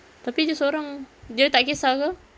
tapi dia sorang dia tak kesah ke